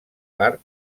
part